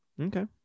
Okay